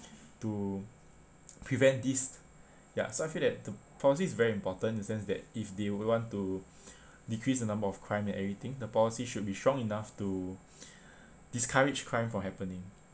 to prevent this ya so I feel that the policy is very important in a sense that if they would want to decrease the number of crime and everything the policy should be strong enough to discourage crime from happening